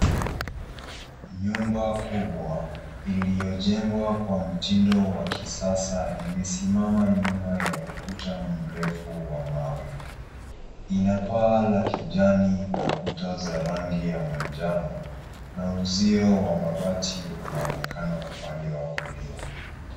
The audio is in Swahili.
Nyumba kubwa, iliyo jengwa kwa mtindo wa kisasa imesimama nyuma ya ukuta mrefu wa mawe. Ina paa la kijani na kuta za rangi ya majano, na uzio wa mabati unaonekana upande wa kulia.